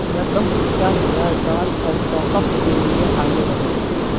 رقم پچاس ہزار ڈال کر ٹاپ اپ کے لیے آگے بڑھو